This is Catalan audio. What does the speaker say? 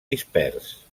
dispers